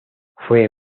fue